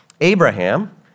Abraham